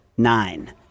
nine